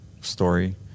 story